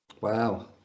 Wow